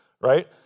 right